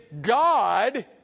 God